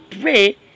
pray